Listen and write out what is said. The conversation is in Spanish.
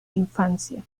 infancia